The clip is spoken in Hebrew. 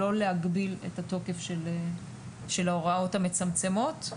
לא להגביל את התוקף של ההוראות המצמצמות.